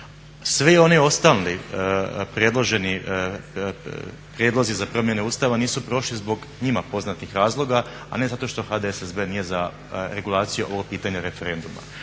predloženi prijedlozi za promjenu Ustava nisu prošli zbog njima poznatih razloga, a ne zato što HDSSB nije za regulaciju ovog pitanja referenduma.